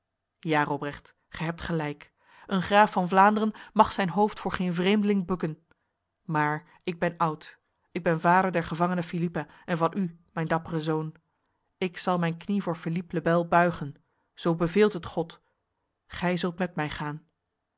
ja robrecht gij hebt gelijk een graaf van vlaanderen mag zijn hoofd voor geen vreemdling bukken maar ik ben oud ik ben vader der gevangene philippa en van u mijn dappere zoon ik zal mijn knie voor philippe le bel buigen zo beveelt het god gij zult met mij gaan